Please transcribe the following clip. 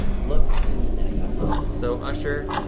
looks and then it cuts off. so, usher,